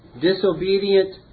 disobedient